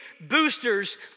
boosters